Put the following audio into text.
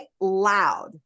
loud